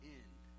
end